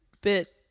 bit